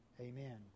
Amen